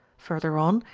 further on,